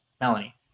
melanie